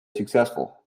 successful